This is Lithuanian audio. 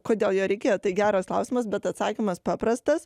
kodėl jo reikėjo tai geras klausimas bet atsakymas paprastas